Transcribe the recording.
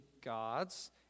gods